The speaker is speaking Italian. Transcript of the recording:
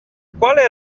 quale